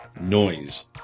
Noise